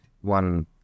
one